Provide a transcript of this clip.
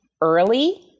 early